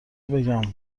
بگم